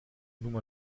nummer